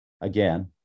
again